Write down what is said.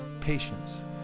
patience